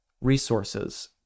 resources